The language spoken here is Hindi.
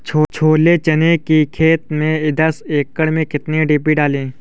छोले चने की खेती में दस एकड़ में कितनी डी.पी डालें?